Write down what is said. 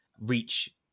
reach